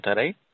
right